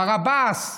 מר עבאס.